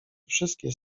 wszystkie